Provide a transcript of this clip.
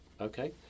Okay